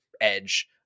edge